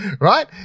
right